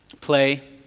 play